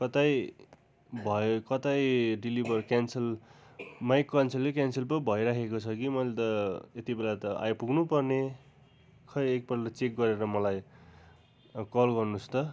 कतै भयो कतै डिलिभर क्यान्सल माई क्यान्सलले क्यान्सल पो भइराखेको छ कि मैले त यति बेला त आइपुग्नु पर्ने खै एकपल्ट चेक गरेर मलाई कल गर्नुहोस् त